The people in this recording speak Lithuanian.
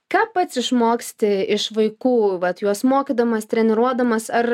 ką pats išmoksti iš vaikų vat juos mokydamas treniruodamas ar